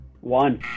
One